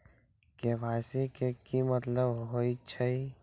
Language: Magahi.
के.वाई.सी के कि मतलब होइछइ?